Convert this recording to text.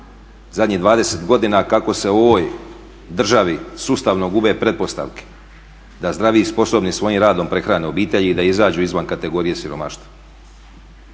zadnjih 20 godina kako se u ovoj državi sustavno gube pretpostavke da zdravi i sposobni svojim radom prehrane obitelji i da izađu izvan kategorije siromaštva.